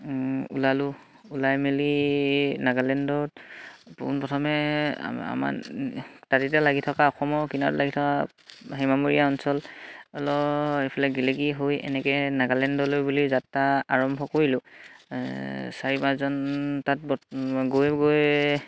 ওলালোঁ ওলাই মেলি নাগালেণ্ডত পোন প্ৰথমে আমাৰ দাঁতিতে লাগি থকা অসমৰ কিনাৰত লাগি থকা সীমামূৰীয়া অঞ্চল অলপ এইফালে গেলেকী হৈ এনেকে নাগালেণ্ডলৈ বুলি যাত্ৰা আৰম্ভ কৰিলোঁ চাৰি পাঁচজন তাত গৈ গৈ